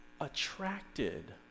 attracted